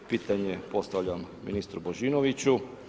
Pitanje postavljam ministru Božinoviću.